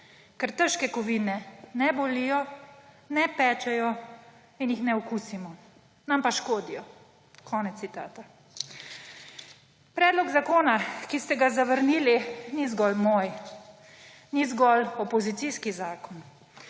ker težke kovine ne bolijo, ne pečejo in jih ne okusimo, nam pa škodijo.« Predlog zakona, ki ste ga zavrnili, ni zgolj moj, ni zgolj opozicijski zakon.